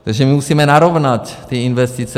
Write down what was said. Takže musíme narovnat ty investice.